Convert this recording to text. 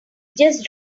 just